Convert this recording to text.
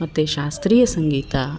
ಮತ್ತು ಶಾಸ್ತ್ರೀಯ ಸಂಗೀತ